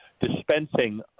dispensing